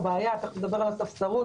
ותכף נדבר על הספסרות